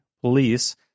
police